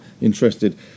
interested